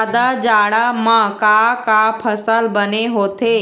जादा जाड़ा म का का फसल बने होथे?